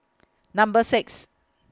Number six